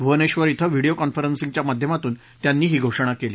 भुवनेश्वर इथं व्हिडीओ कॉन्फरन्सिंगच्या माध्यमातून त्यांनी ही घोषणा केली